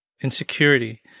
insecurity